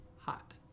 Hot